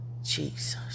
Jesus